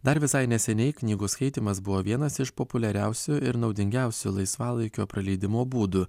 dar visai neseniai knygų skaitymas buvo vienas iš populiariausių ir naudingiausių laisvalaikio praleidimo būdų